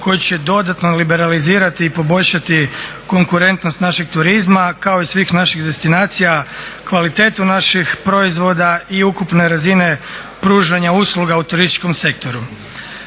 koji će dodatno liberalizirati i poboljšati konkurentnost našeg turizma kao i svih naših destinacija, kvalitetu naših proizvoda i ukupne razine pružanja usluga u turističkom sektoru.